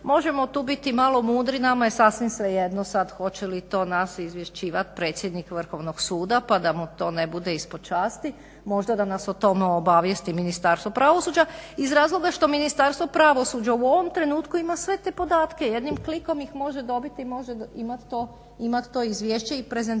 možemo tu biti malo mudri, nama je sasvim svejedno sada hoće li to nas izvješćivati predsjednik Vrhovnog suda pa da mu to ne bude ispod časti, možda da nas o tome obavijesti Ministarstvo pravosuđa iz razloga što Ministarstvo pravosuđa u ovom trenutku ima sve te podatke, jednim klikom ih može dobiti i može imati to izvješće i prezentirat